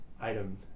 item